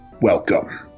welcome